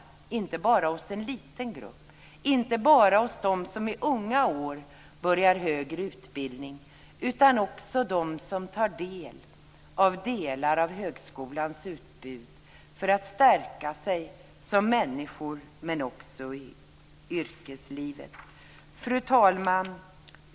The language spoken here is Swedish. Det sker inte bara hos en liten grupp - inte bara hos dem som i unga år börjar högre utbildning - utan också hos dem som tar del av högskolans utbud för att stärka sig som människor men också i yrkeslivet. Fru talman!